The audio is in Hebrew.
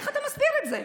איך אתה מסביר את זה?